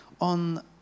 on